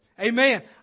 Amen